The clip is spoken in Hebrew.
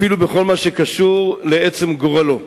אפילו בכל מה שקשור לעצם גורלו.